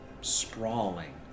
sprawling